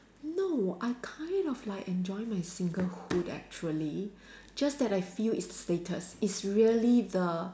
no I kind of like enjoy my singlehood actually just that I feel it's the status it's really the